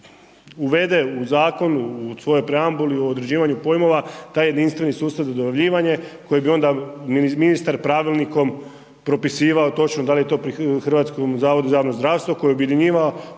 uvede u zakon u svojoj preaumbuli, u određivanju pojmova taj jedinstveni sustav za dojavljivanje koji bi onda ministar pravilnikom propisivao točno da li je to pri HZZJ koje bi objedinjavao